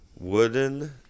Wooden